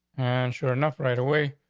sure, enough right away.